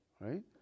right